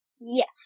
yes